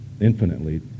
infinitely